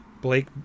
Blake